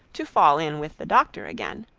to fall in with the doctor again.